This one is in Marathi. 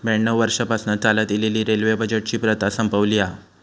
ब्याण्णव वर्षांपासना चालत इलेली रेल्वे बजेटची प्रथा संपवली हा